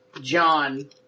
John